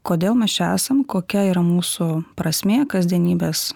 kodėl mes čia esam kokia yra mūsų prasmė kasdienybės